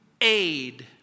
aid